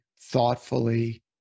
thoughtfully